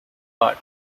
part